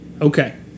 Okay